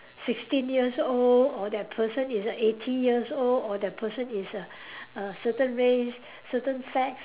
sixteen years old or that person is a eighty years old or that person is a a certain race certain sex